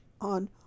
on